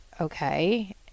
okay